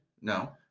No